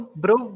bro